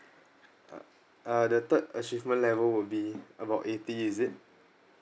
uh uh the third achievement level would be about eighty is it